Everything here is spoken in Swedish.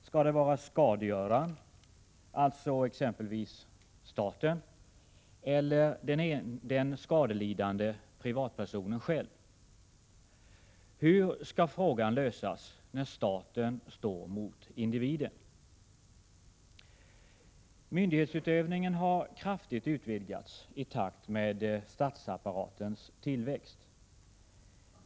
Skall det vara skadegöraren, exempelvis staten, eller den skadelidande privatpersonen själv? Hur skall frågan lösas när staten står mot individen? Myndighetsutövningen har kraftigt utvidgats i takt med statsapparatens tillväxt.